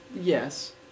Yes